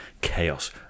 chaos